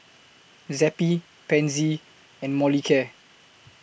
Zappy Pansy and Molicare